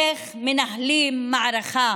איך מנהלים מערכה